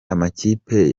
amakipe